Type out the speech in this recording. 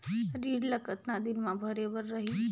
ऋण ला कतना दिन मा भरे बर रही?